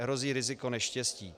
Hrozí riziko neštěstí.